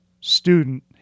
student